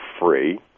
free